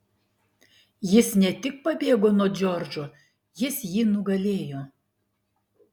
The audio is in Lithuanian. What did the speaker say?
jis ne tik pabėgo nuo džordžo jis jį nugalėjo